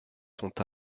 sont